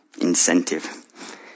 incentive